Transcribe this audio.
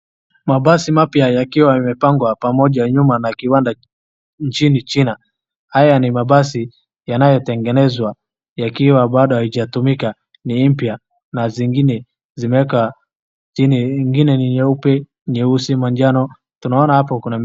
Mabasi mapya yakiwa yamepangwa pamoja nyuma na kiwanda nchini China. Haya ni mabasi yanayotengenezwa yakiwa bado hayajatumika. Ni mpya na zingine zimeweka, zingine ni nyeupe, nyeusi, manjano. Tunaona hapo kuna.